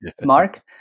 Mark